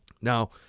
Now